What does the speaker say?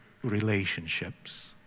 relationships